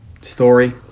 Story